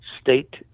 state